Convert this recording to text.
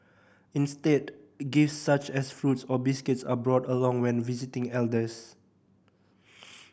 instead gifts such as fruits or biscuits are brought along when visiting elders